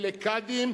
וקאדים,